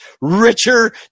richer